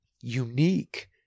unique